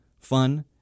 fun